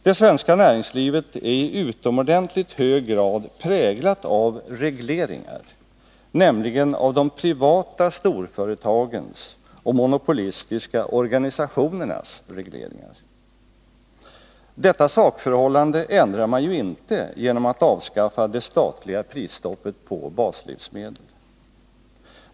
Det svenska näringslivet är i utomordentligt hög grad präglat av regleringar, nämligen av de privata storföretagens och de monopolistiska organisationernas regleringar. Detta sakförhållande ändrar man ju inte genom att avskaffa det statliga prisstoppet på baslivsmedel.